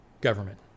government